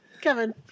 Kevin